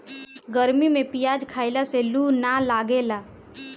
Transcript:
गरमी में पियाज खइला से लू ना लागेला